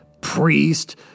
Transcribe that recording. priest